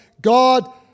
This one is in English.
God